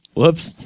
Whoops